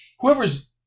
whoever's